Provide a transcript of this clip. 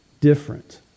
different